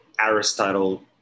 Aristotle